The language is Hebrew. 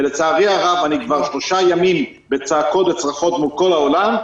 לצערי הרב אני כבר שלושה ימים בצעקות וצרחות מול כל העולם,